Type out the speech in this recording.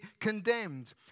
condemned